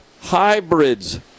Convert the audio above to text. hybrids